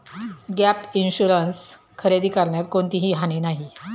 gap insurance खरेदी करण्यात कोणतीही हानी नाही